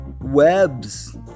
webs